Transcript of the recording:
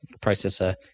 processor